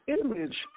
image